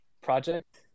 project